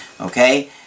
Okay